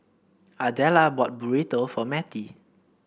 Ardella bought Burrito for Matie